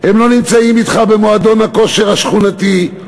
הם לא נמצאים אתך במועדון הכושר השכונתי,